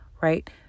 right